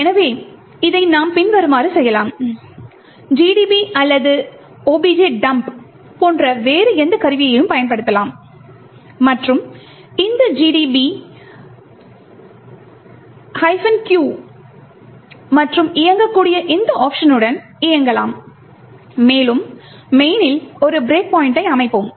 எனவே இதை நாம் பின்வருமாறு செய்யலாம் GDB அல்லது OBJDUMP போன்ற வேறு எந்த கருவியையும் பயன்படுத்தலாம் மற்றும் இந்த GDB ஐ ' q' மற்றும் இயங்கக்கூடிய இந்த ஓப்க்ஷனுடன் இயக்கலாம் மேலும் main இல் ஒரு பிரேக் பாய்ண்டை அமைப்போம்